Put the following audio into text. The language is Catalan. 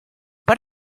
per